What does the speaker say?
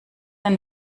ein